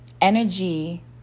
energy